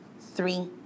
three